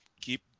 keep